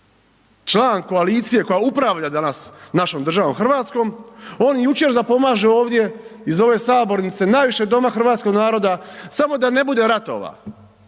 član koalicije koja upravlja danas našom državom Hrvatskom on jučer zapomaže ovdje iz ove sabornice, najvišeg doma hrvatskog naroda, samo da ne bude ratova,